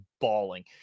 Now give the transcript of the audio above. bawling